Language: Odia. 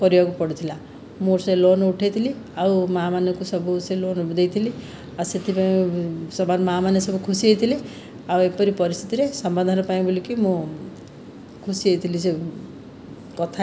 କରିବାକୁ ପଡ଼ିଥିଲା ମୋ'ର ସେ ଲୋନ ଉଠାଇଥିଲି ଆଉ ମାଆମାନଙ୍କୁ ସବୁ ସେ ଲୋନ ଦେଇଥିଲି ଆଉ ସେଥିପାଇଁ ମା' ମାନେ ସବୁ ଖୁସି ହୋଇଥିଲେ ଆଉ ଏପରି ପରିସ୍ଥିତିରେ ସମାଧାନ ପାଇଁ ବୋଲିକି ମୁଁ ଖୁସି ହୋଇଥିଲି ଯେଉଁ କଥା